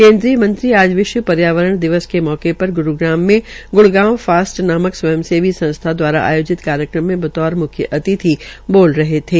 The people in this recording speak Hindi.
केंद्रीय मंत्री आज विश्व पर्यावरण दिवस के अवसर पर ग्रुग्राम में गुडगांव फस्ट नामक स्वयंसेवी संस्था दवारा आयोजित कार्यक्रम में बतौर मुख्य अतिथि बोल रहे थे